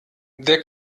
der